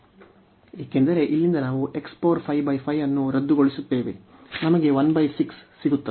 ಏಕೆಂದರೆ ಇಲ್ಲಿಂದ ನಾವು ಅನ್ನು ರದ್ದುಗೊಳಿಸುತ್ತೇವೆ ನಮಗೆ 16 ಸಿಗುತ್ತದೆ